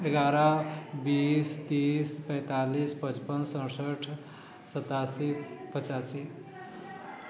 एगारह बीस तीस पैंतालीस पचपन सरसठि सतासी पचासी